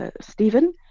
Stephen